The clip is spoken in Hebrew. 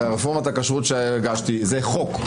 הרי רפורמת הכשרות שהגשתי היא חוק,